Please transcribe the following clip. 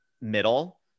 middle